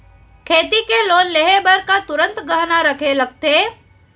खेती के लोन लेहे बर का तुरंत गहना रखे लगथे?